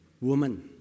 woman